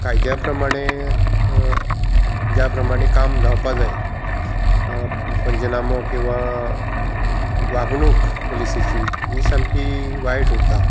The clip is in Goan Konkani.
कायद्या प्रमाणे ज्या प्रमाणे काम जावपाक जाय पंचनामो किंवा वागणूक पुलिसांची ही सामकी वायट उरता